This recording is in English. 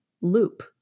loop